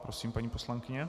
Prosím, paní poslankyně.